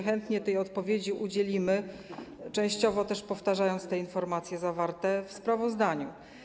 Chętnie tej odpowiedzi udzielimy, częściowo też powtarzając informacje zawarte w sprawozdaniu.